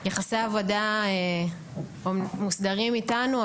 יחסי העבודה מוסדרים אתנו,